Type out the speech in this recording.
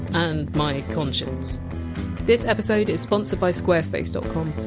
and my conscience this episode is sponsored by squarespace dot com,